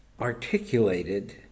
articulated